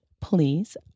Please